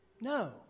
No